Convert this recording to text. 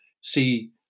see